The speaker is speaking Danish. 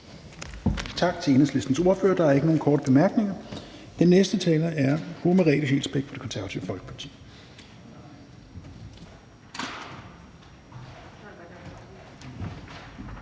Tak til Enhedslistens ordfører. Der er ikke nogen korte bemærkninger. Den næste taler er fru Merete Scheelsbeck fra Det Konservative Folkeparti.